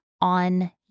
on